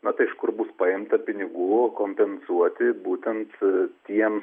na tai iš kur bus paimta pinigų kompensuoti būtent tiem